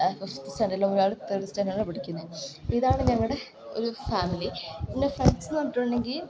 first സ്റ്റാൻഡേർഡിലും ഒരാൾ തേഡ് സ്റ്റാൻഡേർഡിലും ആണ് പഠിക്കുന്നത് ഇതാണ് ഞങ്ങളുടെ ഒരു ഫാമിലി പിന്നെ ഫ്രണ്ട്സ് എന്ന് പറഞ്ഞിട്ടുണ്ടെങ്കിൽ